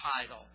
title